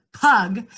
pug